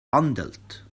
handelt